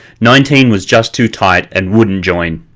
nineteen was just too tight and wouldn't join.